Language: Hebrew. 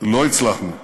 לא הצלחנו להגיע,